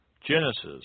Genesis